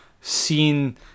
seen